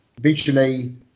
Visually